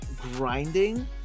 grinding